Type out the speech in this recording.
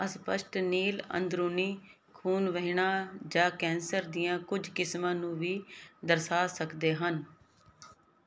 ਅਸਪਸ਼ਟ ਨੀਲ ਅੰਦਰੂਨੀ ਖ਼ੂਨ ਵਹਿਣਾ ਜਾਂ ਕੈਂਸਰ ਦੀਆਂ ਕੁੱਝ ਕਿਸਮਾਂ ਨੂੰ ਵੀ ਦਰਸਾ ਸਕਦੇ ਹਨ